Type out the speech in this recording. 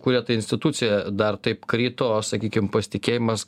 kuria ta institucija dar taip krito sakykim pasitikėjimas